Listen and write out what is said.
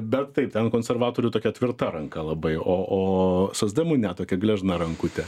bent taip ten konservatorių tokia tvirta ranka labai o o socdemų ne tokia gležna rankutė